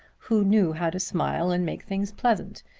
who knew how to smile and make things pleasant.